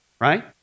right